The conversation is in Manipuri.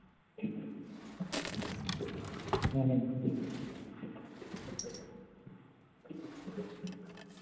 ꯎꯝꯍꯨꯝ